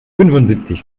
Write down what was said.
fünfundsiebzig